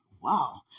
Wow